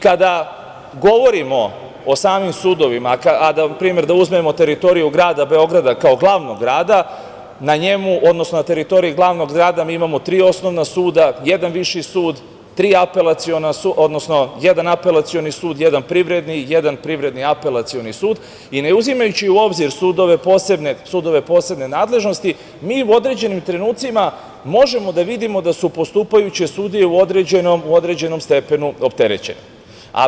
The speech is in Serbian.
Kada govorimo o samim sudovima a da kao primer uzmemo teritoriju grada Beograda, kao glavnog grada, na njemu, na teritoriji glavnog grada, mi imamo tri osnovna suda, jedan viši sud, tri apelaciona, odnosno jedan apelacioni sud, jedan privredni sud, jedan privredni apelacioni sud i ne uzimajući u obzir sudove posebne nadležnosti, mi u određenim trenucima možemo da vidimo da su postupajuće sudije u određenom stepenu opterećene.